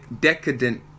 decadent